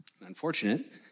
unfortunate